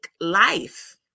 life